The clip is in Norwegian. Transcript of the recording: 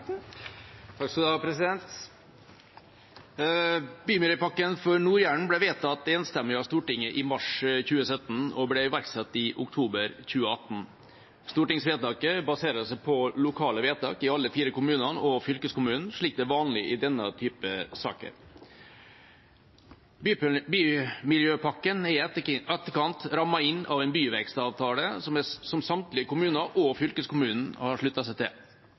Bymiljøpakken for Nord-Jæren ble vedtatt enstemmig av Stortinget i mars 2017 og ble iverksatt i oktober 2018. Stortingsvedtaket baserer seg på lokale vedtak i alle de fire kommunene og fylkeskommunen, som er vanlig i denne type saker. Bymiljøpakken er i etterkant rammet inn av en byvekstavtale, som samtlige kommuner og fylkeskommunen har sluttet seg til.